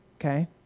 Okay